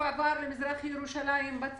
הוא הועבר רק למזרח ירושלים.